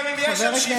גם אם יש שם 78,